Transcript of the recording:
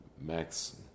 Max